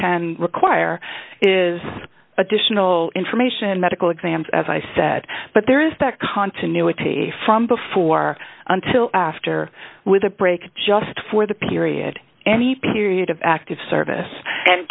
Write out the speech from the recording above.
can require is is additional information medical exams as i said but there is that continuity from before until after with a break just for the period any period of active service and